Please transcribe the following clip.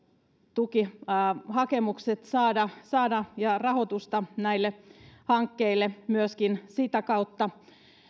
tukihakemukset saada saada ja rahoitusta näille hankkeille myöskin sitä kautta